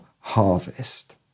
harvest